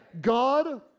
God